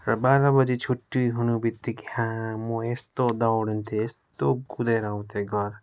र बाह्र बजी छुट्टी हुनु बित्तिकै हाँ म यस्तो दौडिन्थेँ यस्तो कुदेर आउथेँ घर